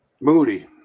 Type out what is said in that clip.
Moody